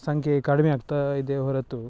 ಸಂಖ್ಯೆ ಕಡಿಮೆ ಆಗ್ತಾಯಿದೆಯೇ ಹೊರತು